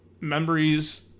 memories